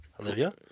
Olivia